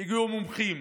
הגיעו מומחים,